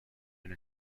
been